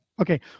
Okay